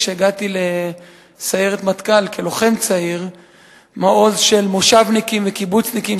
כשהגעתי כלוחם צעיר לסיירת מטכ"ל,